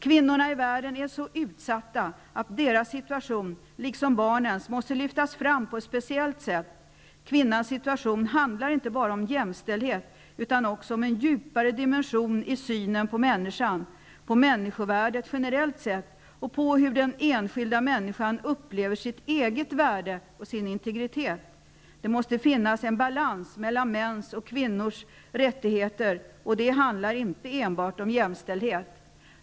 Kvinnorna i världen är så utsatta att deras situation, liksom barnens, måste lyftas fram på ett speciellt sätt. Kvinnans situation handlar inte bara om jämställdhet utan också om en djupare dimension i synen på människan, på människovärdet generellt sett och på hur den enskilda människan upplever sitt eget värde och sin integritet. Det måste finnas en balans mellan kvinnors och mäns rättigheter. Det handlar inte enbart om jämställdhet.